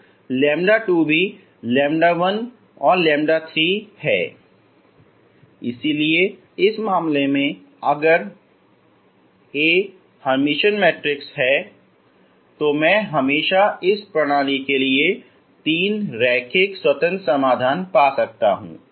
तो λ2 भी λ1 λ3 है इस मामले में अगर A हर्मिटियन मैट्रिक्स है मैं हमेशा इस प्रणाली के लिए तीन रैखिक स्वतंत्र समाधान पा सकता हूँ